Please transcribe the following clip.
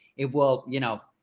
it will you know,